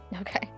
Okay